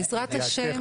בעזרת השם,